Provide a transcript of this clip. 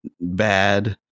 bad